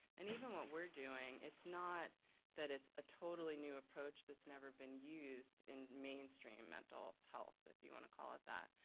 and even what we're doing, it's not that it's a totally new approach that's never been used in mainstream mental health, if you and to call it that.